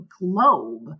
globe